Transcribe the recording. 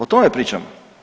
O tome pričamo.